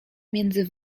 między